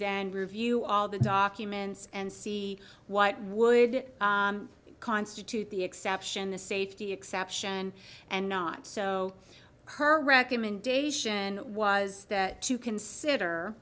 then review all the documents and see what would constitute the exception the safety exception and not so her recommendation was to consider